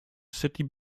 city